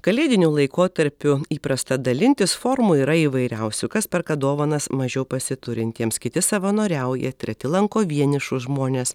kalėdiniu laikotarpiu įprasta dalintis formų yra įvairiausių kas perka dovanas mažiau pasiturintiems kiti savanoriauja treti lanko vienišus žmones